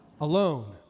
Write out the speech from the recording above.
alone